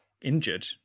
injured